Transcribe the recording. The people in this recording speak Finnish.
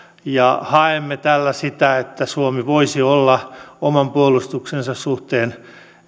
ja haemme tällä sitä että suomi voisi olla oman puolustuksensa suhteen